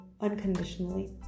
unconditionally